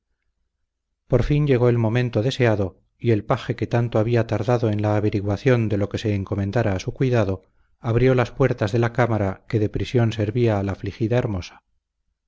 por fin llegó el momento deseado y el paje que tanto había tardado en la averiguación de lo que se encomendara a su cuidado abrió las puertas de la cámara que de prisión servía a la afligida hermosa